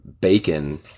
bacon